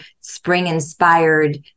spring-inspired